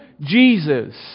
Jesus